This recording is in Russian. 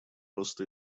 роста